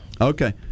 Okay